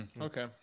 Okay